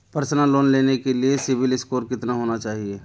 Personal loan लेने के लिए सिबिल स्कोर कितना होना चाहिए?